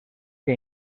que